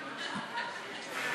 ההסתייגות (6)